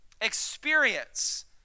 experience